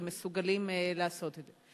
והם מסוגלים לעשות את זה.